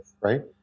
right